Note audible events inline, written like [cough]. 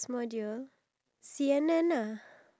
[breath] oh my gosh